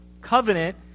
covenant